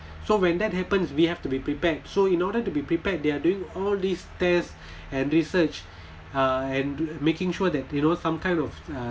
so when that happens we have to be prepared so in order to be prepared they're doing all these tests and research uh and making sure that you know some kind of a